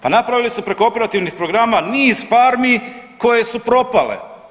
Pa napravili su preko operativnih programa niz farmi koje su propale.